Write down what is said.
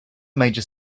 major